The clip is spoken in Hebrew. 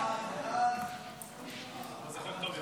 ההצעה להעביר את הצעת חוק-יסוד: שירות